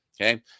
Okay